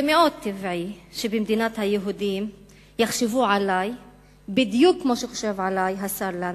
זה מאוד טבעי שבמדינת היהודים יחשבו עלי בדיוק כמו שחושב עלי השר לנדאו,